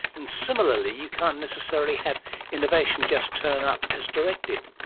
and similarly you can't necessarily have innovation just turn up as directed.